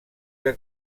que